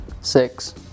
Six